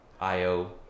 IO